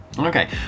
okay